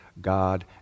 God